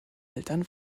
eltern